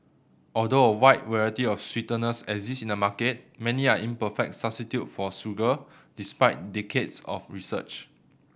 although a wide variety of sweeteners exist in the market many are imperfect substitute for sugar despite decades of research